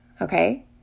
okay